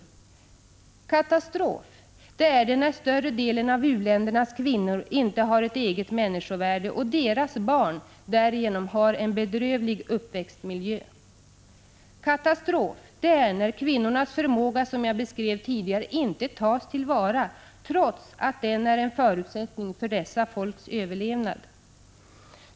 Katastrof, det är när större delen av u-ländernas kvinnor inte har ett eget människovärde och deras barn därigenom har en bedrövlig uppväxtmiljö. Katastrof, det är när kvinnornas förmåga — som jag beskrev tidigare — inte tas till vara, trots att den är en förutsättning för dessa folks överlevnad.